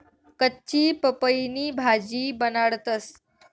कच्ची पपईनी भाजी बनाडतंस